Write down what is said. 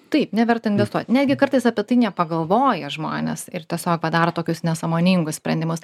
taip neverta investuot netgi kartais apie tai nepagalvoja žmonės ir tiesiog padaro tokius nesąmoningus sprendimus